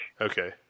Okay